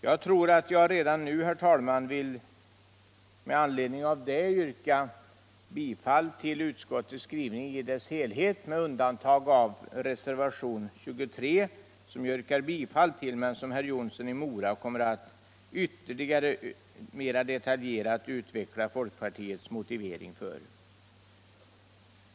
Jag vill redan nu, herr talman, med anledning av deta yrka bifall till utskouets skrivning i dess helhet med undantag för reservationen 23, som jag yrkar bifall till men som herr Jonsson i Mora kommer att mer detaljerat utveckla folkpartiets motivering för.